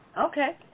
Okay